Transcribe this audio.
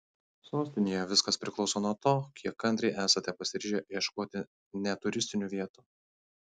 sostinėje viskas priklauso nuo to kiek kantriai esate pasiryžę ieškoti ne turistinių vietų